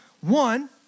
One